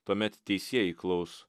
tuomet teisieji klaus